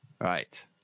Right